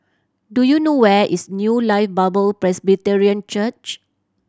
do you know where is New Life Bible Presbyterian Church